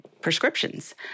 prescriptions